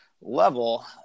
level